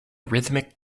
rhythmic